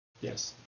Yes